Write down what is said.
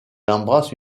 embrasse